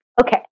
Okay